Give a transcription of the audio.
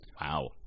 Wow